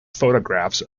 photographs